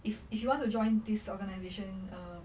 if if you want to join this organization err